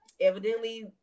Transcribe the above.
evidently